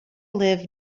live